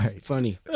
Funny